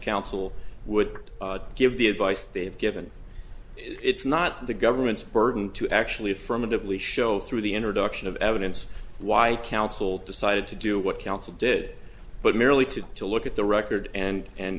counsel would give the advice they have given it's not the government's burden to actually affirmatively show through the introduction of evidence why counsel decided to do what counsel did but merely to to look at the record and and